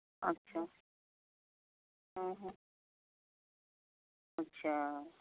ᱟᱪᱪᱷᱟ ᱦᱮᱸ ᱦᱮᱸ ᱟᱪᱪᱷᱟ